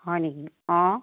হয় নেকি অঁ